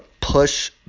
push